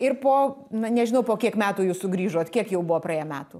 ir po na nežinau po kiek metų jūs sugrįžot kiek jau buvo praėję metų